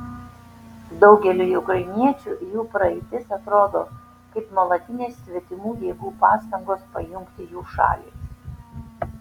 daugeliui ukrainiečių jų praeitis atrodo kaip nuolatinės svetimų jėgų pastangos pajungti jų šalį